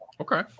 Okay